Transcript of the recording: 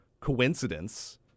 coincidence